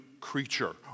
creature